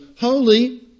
holy